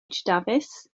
dafis